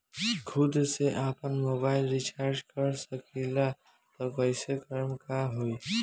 खुद से आपनमोबाइल रीचार्ज कर सकिले त कइसे करे के होई?